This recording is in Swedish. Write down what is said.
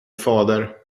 fader